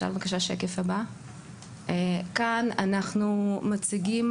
כאן אנחנו מציגים